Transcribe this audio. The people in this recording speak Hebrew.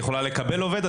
יכולה לקבל עובד,